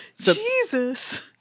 Jesus